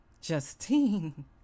Justine